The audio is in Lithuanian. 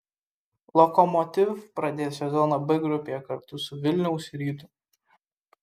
lokomotiv pradės sezoną b grupėje kartu su vilniaus rytu